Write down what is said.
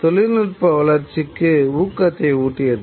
தொழில்நுட்ப வளர்ச்சிக்கு ஊக்கத்தை ஊட்டியது